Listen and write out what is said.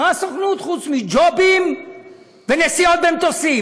מה הסוכנות חוץ מג'ובים ונסיעות במטוסים?